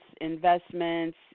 investments